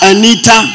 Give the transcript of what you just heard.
Anita